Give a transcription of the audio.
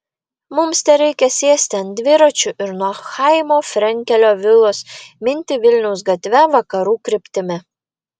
mums tereikia sėsti ant dviračių ir nuo chaimo frenkelio vilos minti vilniaus gatve vakarų kryptimi